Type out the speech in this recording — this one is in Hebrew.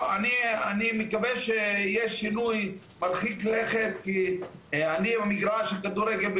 אני מקווה שיהיה שינוי מרחיק לכת כי אני בבעיה עם מגרש הכדורגל,